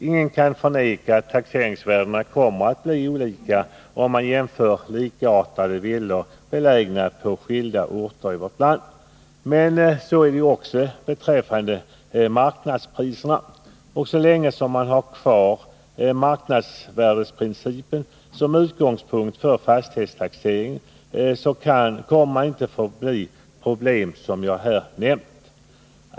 Ingen kan förneka att taxeringsvärdena kommer att bli olika om man jämför likartade villor belägna på skilda orter i vårt land. Men så är det också beträffande marknadspriserna. Och så länge marknadsvärdesprincipen tas som utgångspunkt för fastighetstaxeringen kommer man inte förbi problem som jag har nämnt.